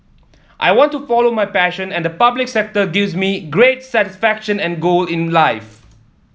I want to follow my passion and the public sector gives me greater satisfaction and goal in life